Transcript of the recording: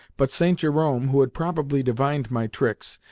but st. jerome, who had probably divined my tricks,